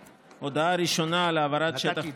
ההודעה הראשונה היא על העברת שטח פעולה.